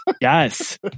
yes